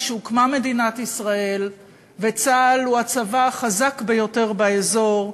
משהוקמה מדינת ישראל וצה"ל הוא הצבא החזק ביותר באזור,